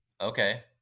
Okay